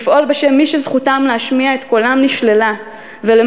לפעול בשם מי שזכותם להשמיע את קולם נשללה ולמען